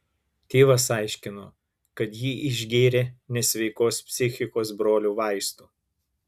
tėvas aiškino kad ji išgėrė nesveikos psichikos brolio vaistų